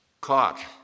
caught